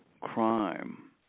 crime